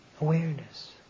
Awareness